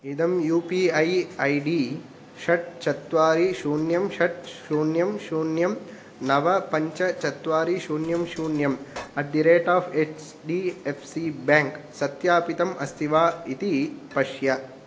इदं U P I ID षट् चत्वारि शून्यं षट् शून्यं शून्यं नव पञ्च चत्वारि शून्यं शून्यम् at the rate of H D F C bank सत्यापितम् अस्ति वा इति पश्य